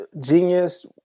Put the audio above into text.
genius